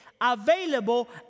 available